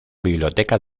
biblioteca